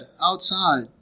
outside